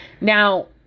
Now